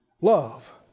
Love